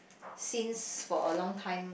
since for a long time